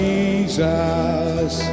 Jesus